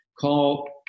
call